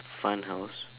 fun house